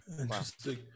interesting